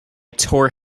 tore